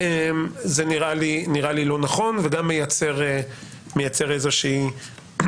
זה נראה לי נראה לי לא נכון וגם מייצר איזושהי זה.